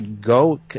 go